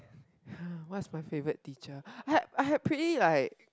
ya what's my favorite teacher I I have pretty like